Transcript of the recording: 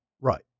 Right